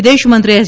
વિદેશમંત્રી એસ